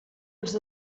els